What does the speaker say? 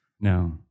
No